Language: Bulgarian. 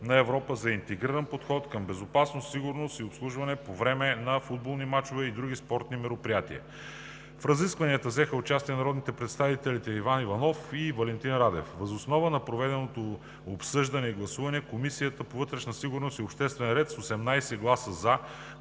на Европа за интегриран подход към безопасност, сигурност и обслужване по време на футболни мачове и други спортни мероприятия. В разискванията взеха участие народните представители Иван Иванов и Валентин Радев. Въз основа на проведеното обсъждане и гласуване Комисията по вътрешна сигурност и обществен ред с 18 гласа